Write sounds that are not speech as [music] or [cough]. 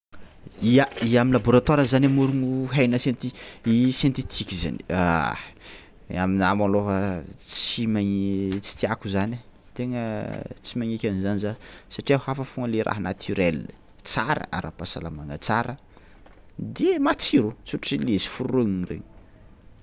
Ya [noise] i am'labôratoara zany amôrogno hena senti- i sentetiky zany, ahhh aminahy malôha tsy magni- tsy tiàko zany tegna tsy magnaiky an'zany za satria hafa fao le raha naturel, tsara ara-pasalamagna tsara de matsiro tsy ôhatry le izy foronina regny.